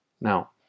Now